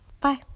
Bye